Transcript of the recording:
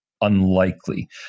unlikely